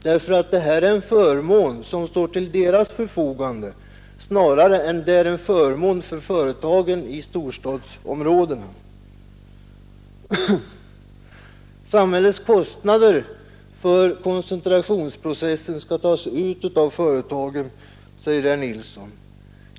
Det här är en förmån för dessa människor snarare än för företagen i storstadsområdena. Samhällets kostnader för koncentrationsprocessen skall tas ut av företagen, säger herr Nilsson.